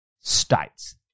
states